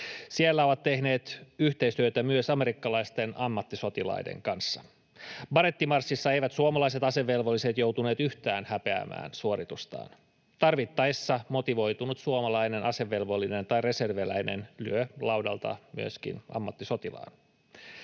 Siellä he ovat tehneet yhteistyötä myös amerikkalaisten ammattisotilaiden kanssa. Barettimarssissa suomalaiset asevelvolliset eivät joutuneet yhtään häpeämään suoritustaan. Tarvittaessa motivoitunut suomalainen asevelvollinen tai reserviläinen lyö laudalta myöskin ammattisotilaan.